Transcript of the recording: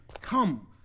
Come